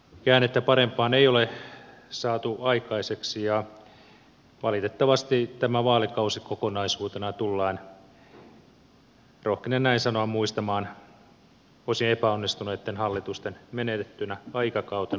käännettä parempaan ei ole saatu aikaiseksi ja valitettavasti tämä vaalikausi kokonaisuutena tullaan rohkenen näin sanoa muistamaan uusien epäonnistuneitten hallitusten menetettynä aikakautena